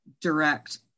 direct